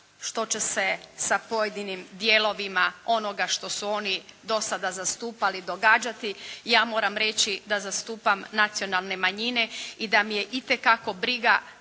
što će se sa pojedinim dijelovima onoga što su oni do sada zastupali događati ja moram reći da zastupam nacionalne manjine i da mi je itekako briga